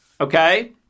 okay